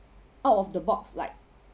out of the box like